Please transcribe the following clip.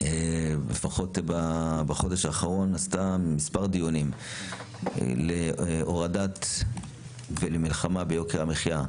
לפחות בחודש האחרון עשתה מספר דיונים להורדת ולמלחמה ביוקר המחיה.